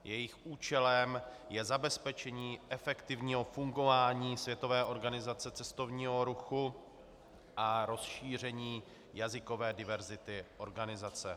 Jejich účelem je zabezpečení efektivního fungování Světové organizace cestovního ruchu a rozšíření jazykové diverzity organizace.